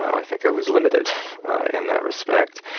i think i was limited in that respect.